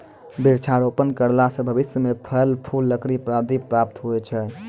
वृक्षारोपण करला से भविष्य मे फल, फूल, लकड़ी आदि प्राप्त हुवै छै